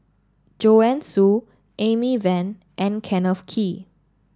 Joanne Soo Amy Van and Kenneth Kee